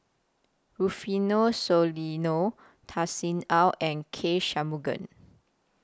Rufino Soliano Tan Sin Aun and K Shanmugam